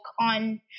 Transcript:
on